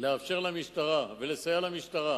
לאפשר למשטרה ולסייע למשטרה,